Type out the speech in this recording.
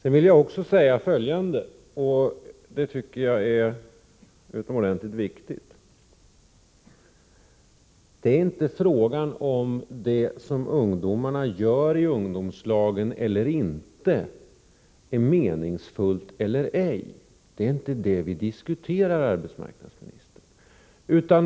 Jag vill också säga följande, som jag tycker är utomordentligt viktigt: Det gäller inte om det som ungdomarna gör i ungdomslagen eller inte är meningsfullt eller ej — det är inte det vi diskuterar, arbetsmarknadsministern.